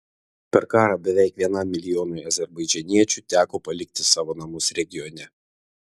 per karą beveik vienam milijonui azerbaidžaniečių teko palikti savo namus regione